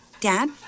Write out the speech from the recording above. Dad